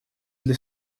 для